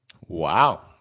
Wow